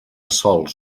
sòls